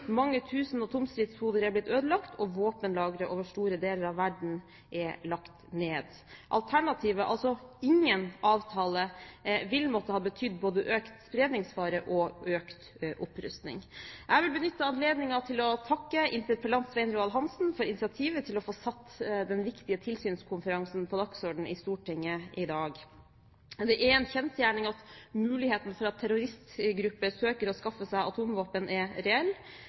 Mange tusen atomstridsholder er blitt ødelagt, og våpenlagre over store deler av verden er lagt ned. Alternativet, altså ingen avtale, ville måtte ha betydd både økt spredningsfare og økt opprustning. Jeg vil benytte anledningen til å takke interpellanten Svein Roar Hansen for initiativet til å få satt den viktige tilsynskonferansen på dagsordenen i Stortinget i dag. Det er en kjensgjerning at terroristgrupper søker å skaffe seg atomvåpen. Vi vet at Nord-Korea er